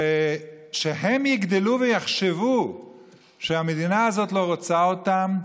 והם יגדלו ויחשבו שהמדינה הזאת לא רוצה אותם,